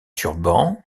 turban